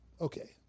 okay